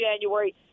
January